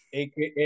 aka